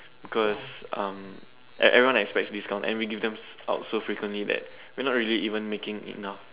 because um everyone expects discounts and we give them out so frequently that we're not really even making enough